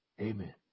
amen